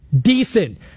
Decent